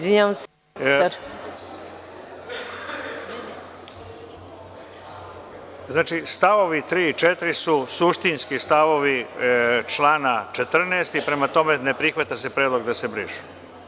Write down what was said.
Znači, stavovi 3. i 4. su suštinski stavovi člana 14. i prema tome ne prihvata se predlog da se brišu.